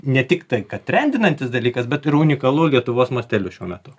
ne tik tai kad trendinantis dalykas bet ir unikalu lietuvos masteliu šiuo metu